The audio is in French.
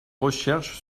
recherches